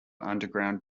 underground